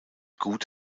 gut